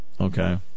Okay